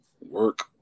work